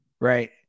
Right